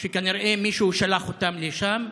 שכנראה מישהו שלח אותם לשם.